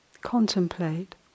contemplate